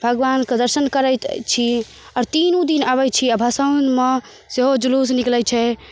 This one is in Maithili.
भगवानके दर्शन करैत छी आओर तीनु दिन अबैत छी आओर भसानमे सेहो जुलुस निकलैत छै